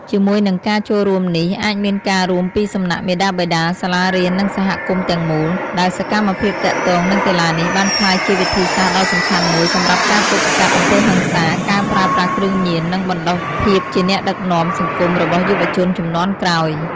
ជាមួយនឹងការចូលរួមនេះអាចមានការរួមពីសំណាក់ មាតាបិតា សាលារៀន និងសហគមន៍ទាំងមូល ដែលសកម្មភាពទាក់ទងនឹងកីឡានេះបានក្លាយជាវិធីសាស្ត្រដ៏សំខាន់មួយសម្រាប់ការទប់ស្កាត់អំពើហិង្សា ការប្រើប្រាស់គ្រឿងញៀន និងបណ្តុះភាពជាអ្នកដឹកនាំសង្គមរបស់យុវជនជំនាន់ក្រោយ។